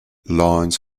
lions